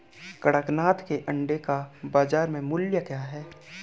कड़कनाथ के अंडे का बाज़ार मूल्य क्या है?